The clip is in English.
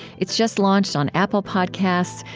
it's just launched on apple podcasts.